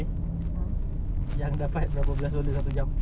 tapi tadi aku makan dekat sana dia orang tak bagi sambal sia